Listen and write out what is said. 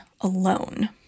alone